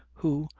who,